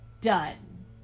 done